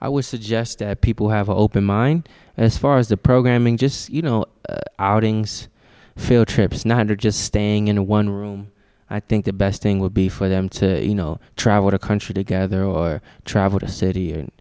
i would suggest people have open mind as far as the programming just you know outings field trips nine hundred just staying in a one room i think the best thing would be for them to you know travel the country together or travel to a city and